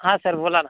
हा सर बोला